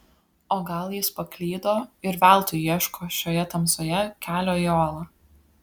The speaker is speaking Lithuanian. o gal jis paklydo ir veltui ieško šioje tamsoje kelio į olą